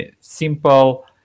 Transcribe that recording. simple